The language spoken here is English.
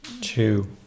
two